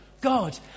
God